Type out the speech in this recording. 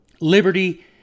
Liberty